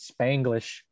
spanglish